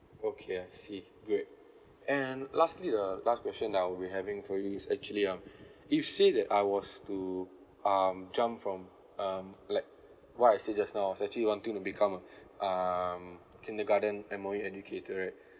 okay I see great and lastly the last question that I'll be having for you is actually um you say that I was to um jump from um like what I said just now I was actually wanting to become a um kindergarten M_O_E educator right